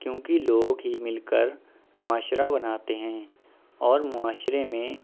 کیوں کہ لوگ ہی مل کر معاشرہ بناتے ہیں اور معاشرے میں